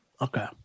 Okay